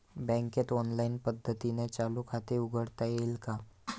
बँकेत ऑनलाईन पद्धतीने चालू खाते उघडता येईल का?